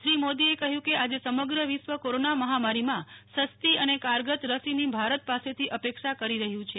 શ્રી મોદીએ કહ્યું કે આજે સમગ્ર વિશ્વ કોરોના મહામારીના સસ્તી અને કારગર રસીની ભારત પાસેથી અપેક્ષા કરી રહ્યું છે